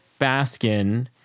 Baskin